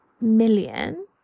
million